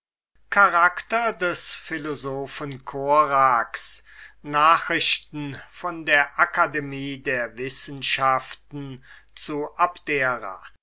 charakter des philosophen korax nachrichten von der akademie der wissenschaften zu abdera